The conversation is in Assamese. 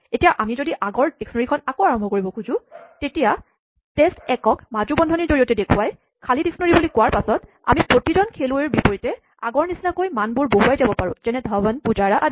এতিয়া আমি যদি আগৰ ডিস্কনেৰীঅভিধানখন আকৌ আৰম্ভ কৰিব খোজো তেতিয়া টেষ্ট১ ক মাজু বন্ধনীৰ জৰিয়তে দেখুৱাই খালী ডিস্কনেৰীঅভিধান বুলি কোৱাৰ পাচত আমি প্ৰতিজন খেলুৱৈৰ বিপৰীতে আগৰ নিচিনাকৈ মানবোৰ বহুৱাই যাব পাৰোঁ যেনে ধৱন পুজাৰা আদি